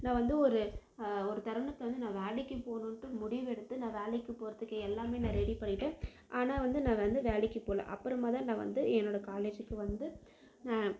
நான் வந்து ஒரு தருணத்தில் வந்து வேலைக்கு போகணுன்ட்டு முடிவெடுத்து நான் வேலைக்கு போகிறதுக்கு எல்லாமே ரெடி பண்ணிட்டேன் ஆனால் வந்து நான் வந்து வேலைக்கு போகல அப்புறமா தான் நான் வந்து என்னோடய காலேஜுக்கு வந்து